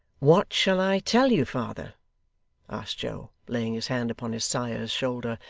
what shall i tell you, father asked joe, laying his hand upon his sire's shoulder,